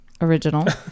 Original